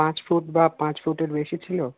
পাঁচ ফুট বা পাঁচ ফুটের বেশি ছিলো